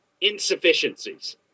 insufficiencies